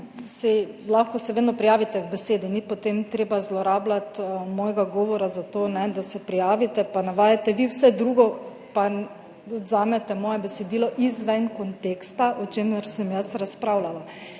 lahko vedno prijavite k besedi, ni treba zlorabljati mojega govora za to, da se prijavite pa navajate vi vse drugo pa vzamete moje besedilo izven konteksta, v katerem sem jaz razpravljala.